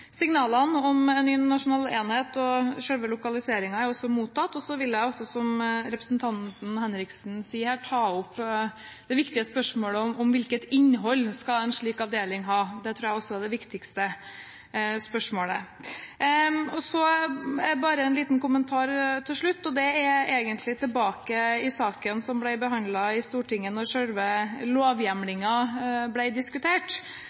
Signalene om en ny nasjonal enhet og selve lokaliseringen er også mottatt. Så vil jeg, som representanten Henriksen, ta opp det viktige spørsmålet om hvilket innhold en slik avdeling skal ha. Det tror jeg også er det viktigste spørsmålet. Så bare en liten kommentar til slutt, og det er egentlig tilbake til saken som ble behandlet i Stortinget da selve lovhjemlingen ble diskutert.